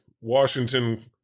Washington